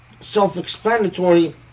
self-explanatory